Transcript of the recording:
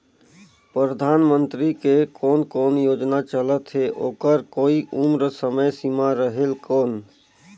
परधानमंतरी के कोन कोन योजना चलत हे ओकर कोई उम्र समय सीमा रेहेल कौन?